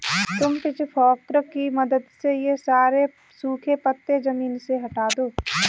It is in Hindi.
तुम पिचफोर्क की मदद से ये सारे सूखे पत्ते ज़मीन से हटा दो